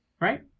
right